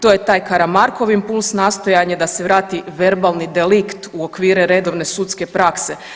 To je taj Karamarkov impuls – nastojanje da se vrati verbalni delikt u okvire redovne sudske prakse.